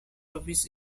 office